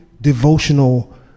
devotional